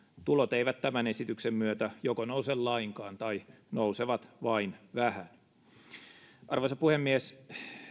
tulot tämän esityksen myötä joko eivät nouse lainkaan tai nousevat vain vähän arvoisa puhemies